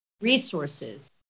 resources